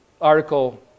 article